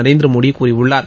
நரேந்திரமோடி கூறியுள்ளார்